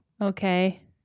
Okay